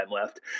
left